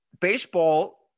baseball